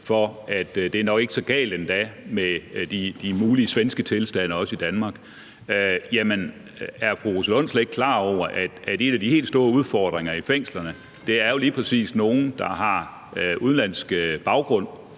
at det nok ikke er så galt endda med de mulige svenske tilstande i Danmark. Jamen er fru Rosa Lund slet ikke klar over, at nogle af de helt store udfordringer i fængslerne lige præcis er nogle, der har udenlandsk baggrund,